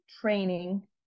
training